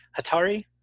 Hatari